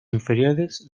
inferiores